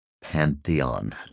pantheon